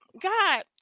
god